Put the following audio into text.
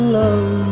love